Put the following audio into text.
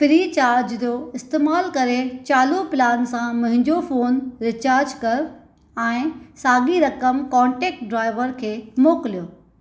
फ्रीचार्ज जो इस्तेमालु करे चालू प्लान सां मुंहिंजो फोन रीचार्ज कर ऐं साॻिए रक़म कॉन्टेक्ट ड्राइवर खे मोकिलियो